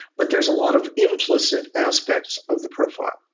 but there's a lot of implicit aspects of the profile.